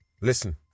Listen